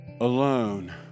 alone